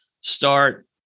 start